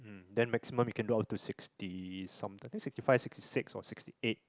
then maximum you can do up to sixty some I think sixty five sixty six or sixty eight